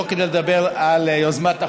לא כדי לדבר על יוזמת החוק,